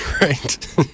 Right